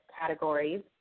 categories